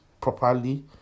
properly